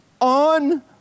On